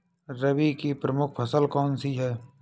रबी की प्रमुख फसल कौन सी है?